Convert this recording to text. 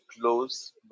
close